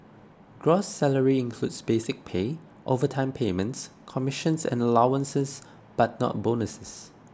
gross salary includes basic pay overtime payments commissions and allowances but not bonuses